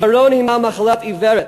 עיוורון הוא מחלה עיוורת,